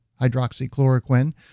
hydroxychloroquine